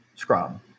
Scrum